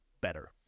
better